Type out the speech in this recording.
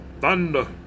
thunder